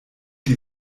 die